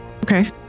okay